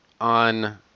on